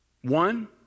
One